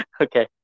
Okay